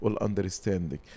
understanding